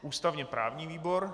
Ústavněprávní výbor.